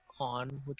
on